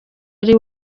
ari